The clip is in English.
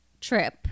trip